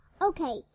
Okay